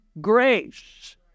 grace